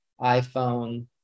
iPhone